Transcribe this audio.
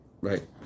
right